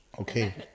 Okay